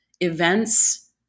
events